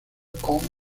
con